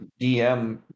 DM